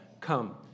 come